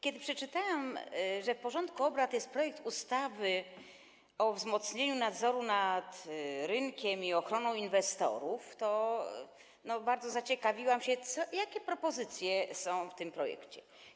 Kiedy przeczytałam, że w porządku obrad jest projekt ustawy o wzmocnieniu nadzoru nad rynkiem i ochrony inwestorów, to bardzo zaciekawiłam się, jakie propozycje są w tym projekcie.